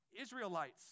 Israelites